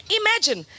imagine